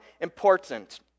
important